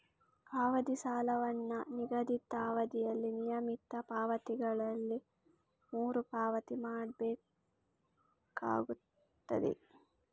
ಅವಧಿ ಸಾಲವನ್ನ ನಿಗದಿತ ಅವಧಿಯಲ್ಲಿ ನಿಯಮಿತ ಪಾವತಿಗಳಲ್ಲಿ ಮರು ಪಾವತಿ ಮಾಡ್ಬೇಕಾಗ್ತದೆ